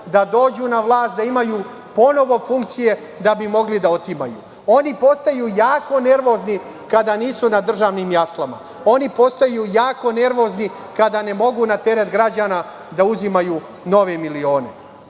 da dođu na vlast da imaju ponovo funkcije da bi mogli da otimaju. Oni postaju jako nervozni kada nisu na državnim jaslama. Oni postaju jako nervozni kada ne mogu na teret građana da uzimaju nove milione. Zato